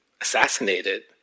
assassinated